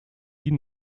die